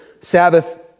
Sabbath